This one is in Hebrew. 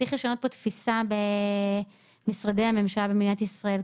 צריך לשנות פה תפיסה במשרדי הממשלה במדינת ישראל.